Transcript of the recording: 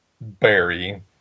Berry